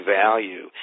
value